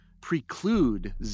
preclude